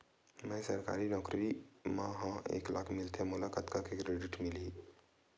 मैं सरकारी नौकरी मा हाव एक लाख मिलथे मोला कतका के क्रेडिट मिलही?